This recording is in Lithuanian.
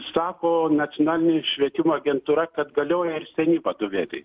sako nacionalinė švietimo agentūra kad galioja ir seni vadovėliai